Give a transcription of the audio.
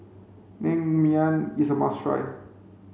naengmyeon is a must try